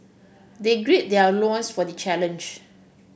they gird their loins for the challenge